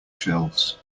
shelves